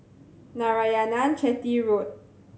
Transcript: Narayanan Chetty Road